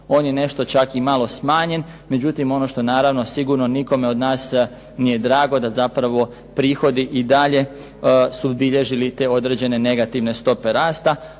on je nešto čak i malo smanjen, međutim naravno ono što nikome od nas nije drago da zapravo prihodi i dalje su bilježili te određene negativne stope rasta.